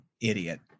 idiot